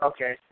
Okay